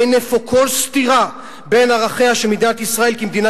אין אפוא כל סתירה בין ערכיה של מדינת ישראל כמדינה